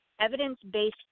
evidence-based